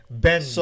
Ben